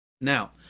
Now